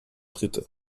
dritte